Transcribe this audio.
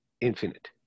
infinite